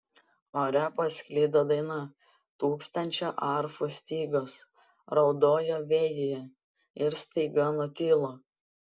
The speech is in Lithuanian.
ore pasklido daina tūkstančio arfų stygos raudojo vėjyje ir staiga nutilo